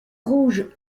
rouges